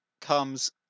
comes